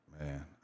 man